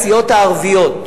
הסיעות הערביות.